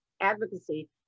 advocacy